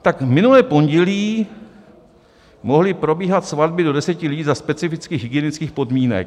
Tak minulé pondělí mohly probíhat svatby do deseti lidí za specificky hygienických podmínek.